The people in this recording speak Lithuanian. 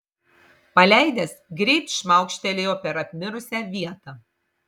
paleidęs greit šmaukštelėjo per apmirusią vietą